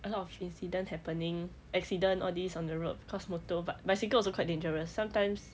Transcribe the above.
a lot of incidents happening accident all these on the road cause motor but bicycle also quite dangerous sometimes